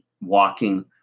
walking